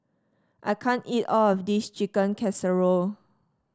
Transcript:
I can't eat all of this Chicken Casserole